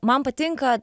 man patinka